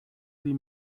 sie